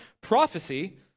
prophecy